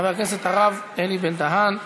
חבר הכנסת הרב אלי בן-דהן.